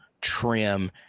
trim